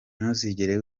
ntuzigere